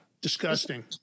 disgusting